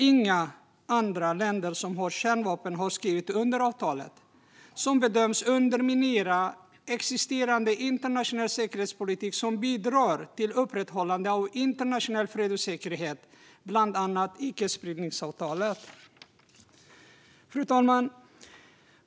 Inga länder som har kärnvapen har skrivit under avtalet, som bedöms underminera existerande internationell säkerhetspolitik som bidrar till upprätthållandet av internationell fred och säkerhet, bland annat icke-spridningsavtalet. Fru talman!